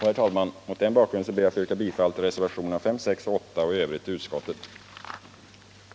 Herr talman! Mot denna bakgrund ber jag att få yrka bifall till reservationerna 5, 6 och 8 och i övrigt bifall till utskottets hemställan.